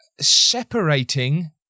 separating